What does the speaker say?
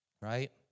right